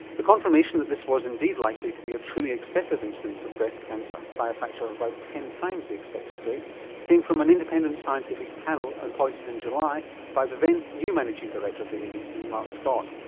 the confirmation that this was indeed likely to be a truly excessive incidence of breast cancer by a factor of about ten times the expected rate came from an independent scientific panel appointed in july by the then new managing director of the abc mark scott.